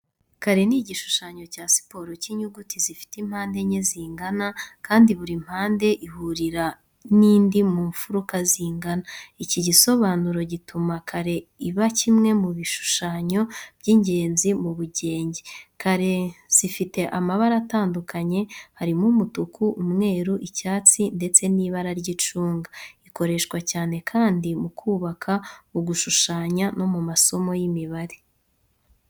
Kare ni igishushanyo cya siporo cy'inyuguti gifite impande enye zingana, kandi buri mpande ihurira n'indi mu mfuruka zingana. Iki gisobanuro gituma kare iba kimwe mu bishushanyo by’ingenzi mu bugenge. Kare zizfite amabara atandukanye harimo: umutuku, umweru, icyatsi ndetse nibara ry'icunga. Ikoreshwa cyane kandi mu kubaka, mu gushushanya no mu masomo y’imibare.